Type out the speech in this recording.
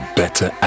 better